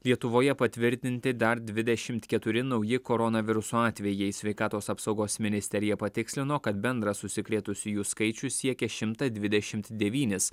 lietuvoje patvirtinti dar dvidešimt keturi nauji koronaviruso atvejai sveikatos apsaugos ministerija patikslino kad bendras užsikrėtusiųjų skaičius siekia šimtą dvidešimt devynis